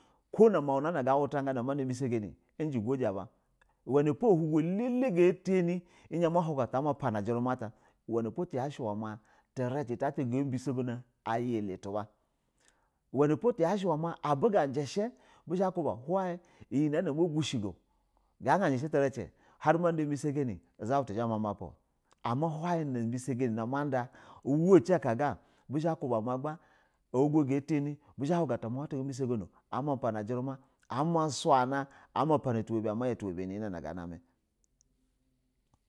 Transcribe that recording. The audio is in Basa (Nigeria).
Ko nu mau nu na gawuta ganɛ a ma da ubɛsa gani injɛ gaji baji ba uwɛ nɛpo ko dugo elɛlɛ ga tanɛ mahuga ama pana ujuru ma ata uwenpo trɛci ta ta ga buso gana in a ya ule tuba, wenpo abu ga jɛsh how iyɛ na amu gushɛ go gaga jɛshɛ trɛ ci harɛ mada bisaganɛ gag a jashɛ bias anɛ honu zabutu ga zha mamapa ko huu ubisa gana na amada a hugo ga tanani muu na gabisaga nɛ, ama pana ujuru ma ama suna ama pana tu wabɛ ya garɛ nag a namɛ.